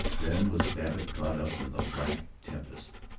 then was babbitt caught up in the black tempest.